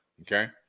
Okay